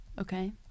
Okay